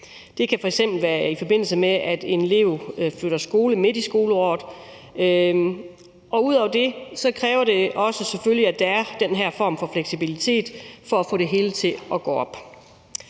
Det kan f.eks. være, i forbindelse med at en elev flytter skole midt i skoleåret. Ud over det kræver det selvfølgelig også, at der er den her form for fleksibilitet, for at få det hele til at gå op.